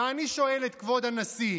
ואני שואל את כבוד הנשיא,